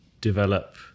develop